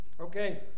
Okay